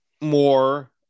more